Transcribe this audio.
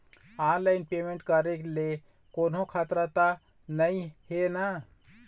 Online payment करे ले कोन्हो खतरा त नई हे न?